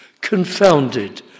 confounded